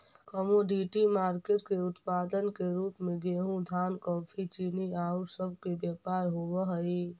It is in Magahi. कमोडिटी मार्केट के उत्पाद के रूप में गेहूं धान कॉफी चीनी औउर सब के व्यापार होवऽ हई